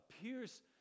appears